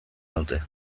naute